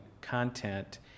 content